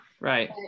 Right